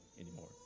anymore